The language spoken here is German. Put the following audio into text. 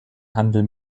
handel